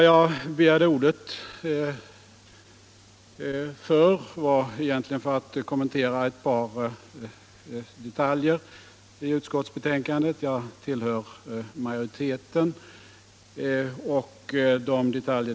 Jag tillhör i detta ärende utskottsmajoriteten, och jag har bara begärt ordet för att beröra en detalj.